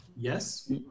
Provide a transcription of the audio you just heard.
Yes